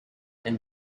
and